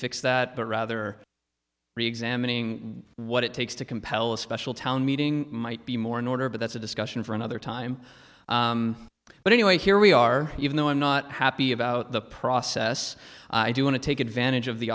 fix that but rather reexamining what it takes to compel a special town meeting might be more in order but that's a discussion for another time but anyway here we are even though i'm not happy about the process i do want to take advantage of the